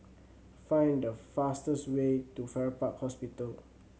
find the fastest way to Farrer Park Hospital